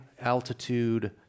altitude